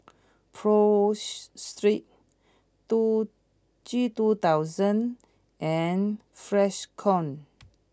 Pho Street two G two thousand and Freshkon